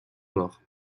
mort